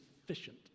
sufficient